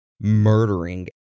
murdering